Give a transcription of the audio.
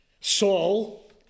Saul